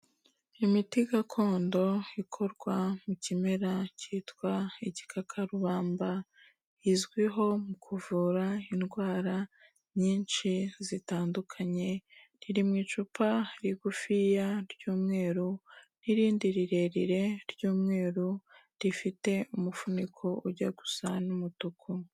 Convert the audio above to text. Imiti gakondo ikorwa mu kimera cyitwa igikakarubamba izwiho mu kuvura indwara nyinshi zitandukanye, iri mu icupa rigufi ya ry'umweru, n'irindi rirerire ry'umweru, rifite umufuniko ujya gusa n'umutuku.